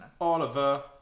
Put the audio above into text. Oliver